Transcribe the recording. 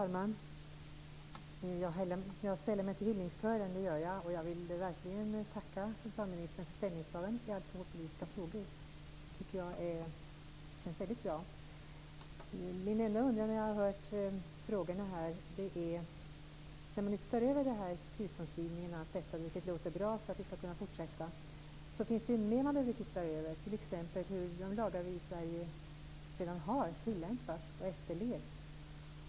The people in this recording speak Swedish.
Herr talman! Jag sällar mig till hyllningskören, och jag vill verkligen tacka för socialministerns ställningstaganden i alkoholpolitiska frågor. Jag tycker att de känns väldigt bra. Min enda undran när jag har hört frågorna här gäller följande. När man ser över bl.a. tillståndsgivningen, vilket är bra, finns det också annat att titta närmare på, t.ex. hur de lagar som vi redan har i Sverige efterlevs.